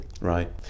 right